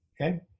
okay